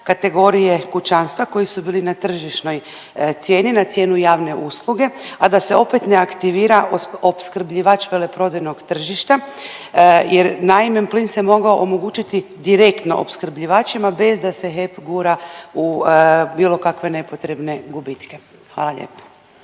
kategorije kućanstva koji su bili na tržišnoj cijeni na cijenu javne usluge, a da se opet ne aktivira opskrbljivač veleprodajnog tržišta. Jer naime plin se mogao omogućiti direktno opskrbljivačima bez da se HEP gura u bilo kakve nepotrebne gubitke. Hvala lijepo.